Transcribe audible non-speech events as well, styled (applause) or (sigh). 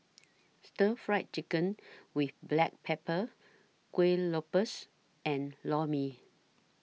(noise) Stir Fried Chicken with Black Pepper Kuih Lopes and Lor Mee